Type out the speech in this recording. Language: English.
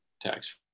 tax